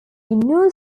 new